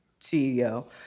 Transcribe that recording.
CEO